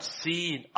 seen